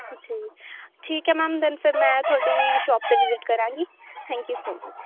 ਜੀ ਠੀਕ ਹੈ ਮੈਮ ਦੈਨ ਫਿਰ ਮੈਂ ਤੁਹਾਡੀ ਸ਼ੋਪ 'ਤੇ ਵੀਜ਼ਿਟ ਕਰਾਂਗੀ ਥੈਂਕ ਯੂ ਸੋ ਮੱਚ